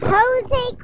Jose